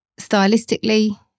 stylistically